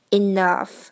enough